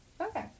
Okay